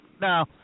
Now